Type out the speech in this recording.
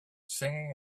singing